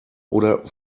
oder